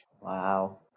Wow